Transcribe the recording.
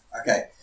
Okay